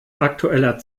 aktueller